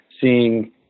seeing